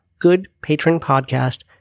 goodpatronpodcast